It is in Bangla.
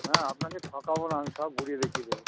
হ্যাঁ আপনাকে ঠকাব না আমি সব ঘুরিয়ে দেখিয়ে দেবো